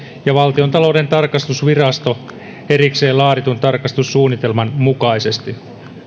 ja valtiontalouden tarkastusvirasto erikseen laaditun tarkastussuunnitelman mukaisesti